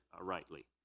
rightly